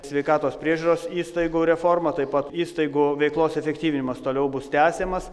sveikatos priežiūros įstaigų reforma taip pat įstaigų veiklos efektyvinimas toliau bus tęsiamas